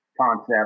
concept